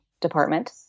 department